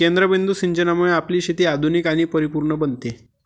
केंद्रबिंदू सिंचनामुळे आपली शेती आधुनिक आणि परिपूर्ण बनते